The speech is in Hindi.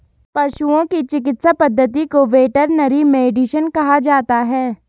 पशुओं की चिकित्सा पद्धति को वेटरनरी मेडिसिन कहा जाता है